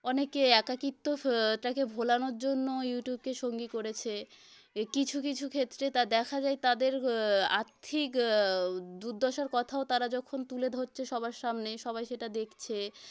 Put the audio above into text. অনেকে একাকিত্ব ফ টাকে ভোলানোর জন্য ইউটিউবকে সঙ্গী করেছে কিছু কিছু ক্ষেত্রে তা দেখা যায় তাদের আর্থিক দুর্দশার কথাও তারা যখন তুলে ধচ্ছে সবার সামনে সবাই সেটা দেকছে